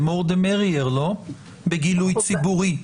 The more the merrier בגילוי ציבורי.